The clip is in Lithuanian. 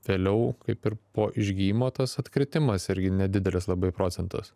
vėliau kaip ir po išgijimo tas atkritimas irgi nedidelis labai procentas